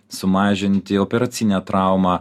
sumažinti operacinę traumą